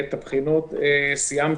את הבחינות סיימנו,